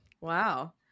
wow